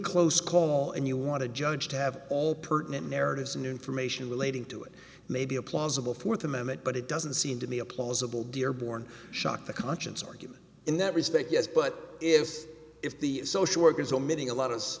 close call and you want to judge to have all pertinent narratives new information relating to it may be a plausible for the moment but it doesn't seem to be a plausible dearborne shock the conscience argument in that respect yes but if if the social workers omitting a lot of